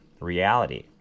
reality